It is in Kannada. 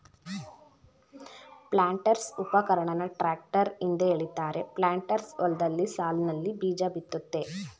ಪ್ಲಾಂಟರ್ಸ್ಉಪಕರಣನ ಟ್ರಾಕ್ಟರ್ ಹಿಂದೆ ಎಳಿತಾರೆ ಪ್ಲಾಂಟರ್ಸ್ ಹೊಲ್ದಲ್ಲಿ ಸಾಲ್ನಲ್ಲಿ ಬೀಜಬಿತ್ತುತ್ತೆ